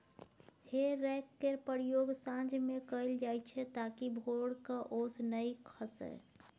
हे रैक केर प्रयोग साँझ मे कएल जाइत छै ताकि भोरक ओस नहि खसय